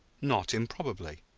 not improbably.